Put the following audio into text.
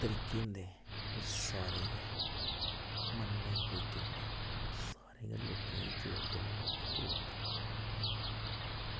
तरीके होंदे ओह् सारे गै मन्ने दे तरीके जेह्ड़े सारे गै लोकें गी जोड़दे न ना कि त्रोड़दे न